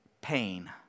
pain